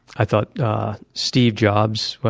i thought steve jobs,